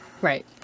Right